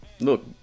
Look